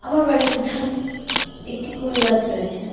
আমার বাড়ির উঠানে একটি কুল গাছ রয়েছে